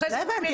לא הבנתי.